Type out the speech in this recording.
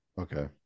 Okay